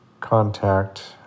contact